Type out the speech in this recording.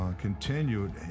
continued